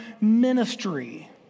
ministry